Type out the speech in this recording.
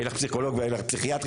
אין לך פסיכולוג ואין לך פסיכיאטר.